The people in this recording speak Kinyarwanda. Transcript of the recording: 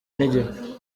n’igihe